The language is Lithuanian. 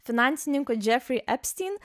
finansininku jeffrey epstein